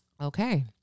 Okay